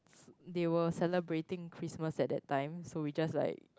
they were celebrating Christmas at that time so we just like